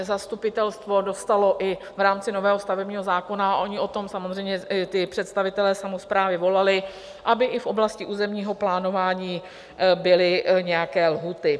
Zastupitelstvo dostalo i v rámci nového stavebního zákona, oni po tom samozřejmě ti představitelé samosprávy volali, aby i v oblasti územního plánování byly nějaké lhůty.